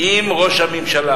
אף אחד